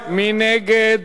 מי נגד?